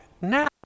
now